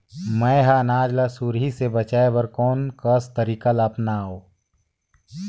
मैं ह अनाज ला सुरही से बचाये बर कोन कस तरीका ला अपनाव?